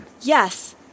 Yes